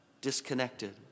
disconnected